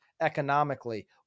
economically